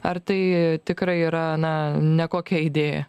ar tai tikrai yra na nekokia idėja